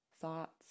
thoughts